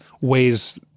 ways